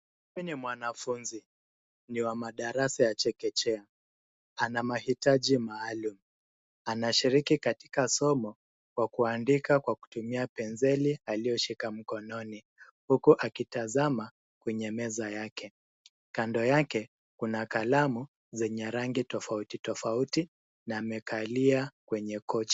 Huyu ni mwanafunzi .Ni wa madarasa ya chekechea. Ana mahitaji maalum. Anashiriki katika somo kwa kuandika kutumia penseli aliyoshika mkononi huku akitazama kwenye meza yake. Kando yake kuna kalamu zenye rangi tofauti tofauti na amekalia kwenye kochi.